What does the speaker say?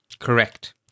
Correct